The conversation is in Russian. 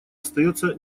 остается